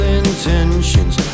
intentions